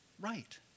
right